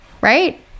Right